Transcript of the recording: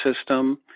system